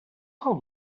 how